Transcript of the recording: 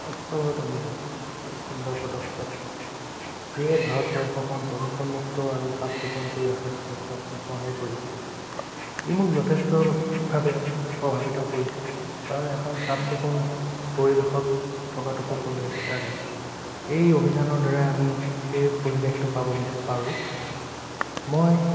স্বচ্ছ ভাৰত অভিযান এক সুন্দৰ পদক্ষেপ যিয়ে ভাৰতবৰ্ষখন প্ৰদূষণমূক্ত আৰু চাফ চিকুণ কৰাত যথেষ্টখিনি সহায় কৰিছে ই মোক যথেষ্টভাৱে প্ৰভাৱিত কৰিছে কাৰণ এখন চাফ চিকুণ পৰিৱেশত থকাতো সকলোৱে বিচাৰে এই অভিযানৰ দ্বাৰাই আমি সেই পৰিৱেশটো পাব বিচ পাৰোঁ মই